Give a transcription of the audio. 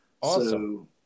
Awesome